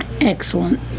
excellent